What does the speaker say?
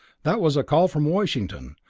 that was a call from washington.